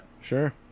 sure